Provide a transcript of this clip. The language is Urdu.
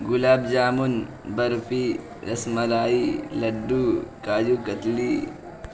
گلاب جامن برفی رس ملائی لڈو کاجو کتلی